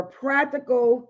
practical